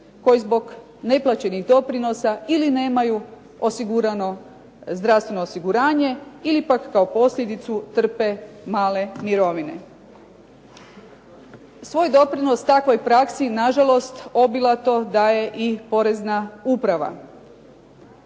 koji zbog neplaćenih doprinosa ili nemaju osigurano zdravstveno osiguranje ili pak kao posljedicu trpe male mirovine. Svoj doprinos takvoj praksi na žalost obilato daje i Porezna uprava,